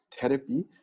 therapy